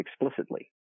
explicitly